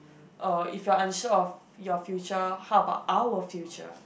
uh if you are unsure of your future how about our future